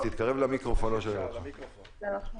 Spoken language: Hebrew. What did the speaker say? אנחנו עדיין לא דנים אם לאשר את החוק.